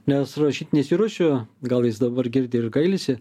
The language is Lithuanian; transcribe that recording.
nes rašyt nesiruošiu gal jis dabar girdi ir gailisi